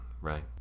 right